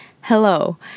hello